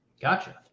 Gotcha